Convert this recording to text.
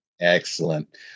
Excellent